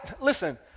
Listen